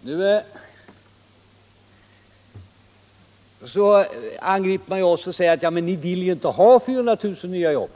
Nu angriper man oss och säger: Ja, men ni vill ju inte ha 400 000 nya jobb.